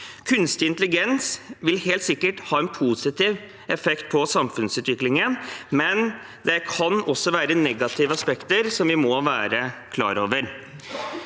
Kunstig intelligens vil helt sikkert ha en positiv effekt på samfunnsutviklingen, men det kan også være negative aspekter som vi må være klar over.